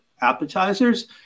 appetizers